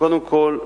קודם כול,